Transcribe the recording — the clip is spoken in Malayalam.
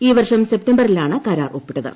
ഈ വർഷം സെപ്റ്റംബറിലാണ് കരാർ ഒപ്പിട്ടത്